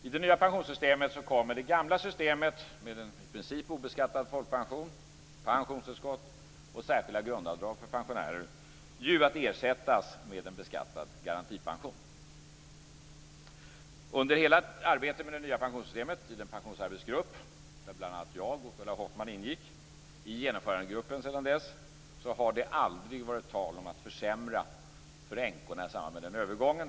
I det nya pensionssystemet kommer det gamla systemet, med en i princip obeskattad folkpension, pensionstillskott och särskilda grundavdrag för pensionärer, att ersättas med en beskattad garantipension. Under hela arbetet med det nya pensionssystemet i den pensionsarbetsgrupp där bl.a. jag och Ulla Hoffmann ingick, och sedan dess i Genomförandegruppen, har det aldrig varit tal om att försämra för änkorna i samband med den övergången.